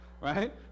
Right